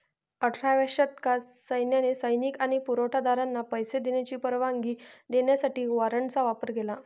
अठराव्या शतकात सैन्याने सैनिक आणि पुरवठा दारांना पैसे देण्याची परवानगी देण्यासाठी वॉरंटचा वापर केला